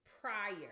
prior